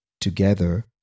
Together